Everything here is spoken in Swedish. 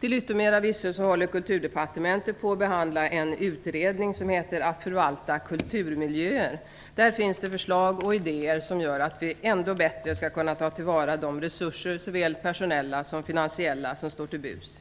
Till yttermera visso håller Kulturdepartementet på och behandlar en utredning som heter Att förvalta kulturmiljöer. Där finns det förslag och idéer som gör att vi ännu bättre skall kunna ta till vara de resurser, såväl personella som finansiella, som står till buds.